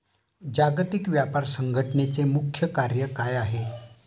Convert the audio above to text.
जागतिक व्यापार संघटचे मुख्य कार्य काय आहे?